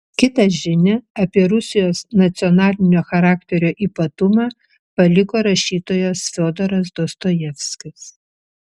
kitą žinią apie rusijos nacionalinio charakterio ypatumą paliko rašytojas fiodoras dostojevskis